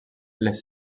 les